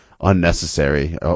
unnecessary